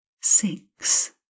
six